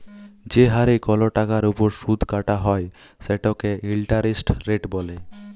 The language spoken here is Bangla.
যে হারে কল টাকার উপর সুদ কাটা হ্যয় সেটকে ইলটারেস্ট রেট ব্যলে